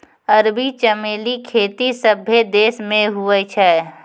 अरबी चमेली खेती सभ्भे देश मे हुवै छै